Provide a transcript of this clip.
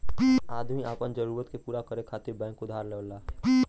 आदमी आपन जरूरत के पूरा करे खातिर बैंक उधार लेवला